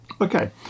Okay